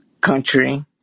country